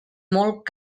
molt